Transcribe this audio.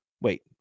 Wait